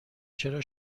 چرا